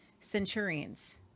Centurions